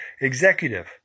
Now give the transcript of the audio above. executive